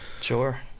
sure